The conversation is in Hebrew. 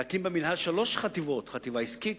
להקים במינהל שלוש חטיבות: חטיבה עסקית,